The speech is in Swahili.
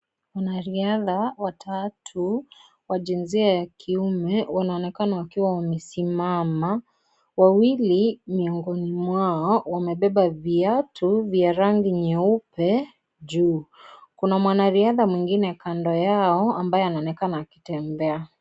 Wanariadha watatu wa jinsia ya kiume, wanaonekana wakiwa wamesimama. Wawili, miongoni mwao, wamebeba viatu vya rangi nyeupe juu. Kuna mwanariadha mwingine kando yao ambaye anaonekana akitembea.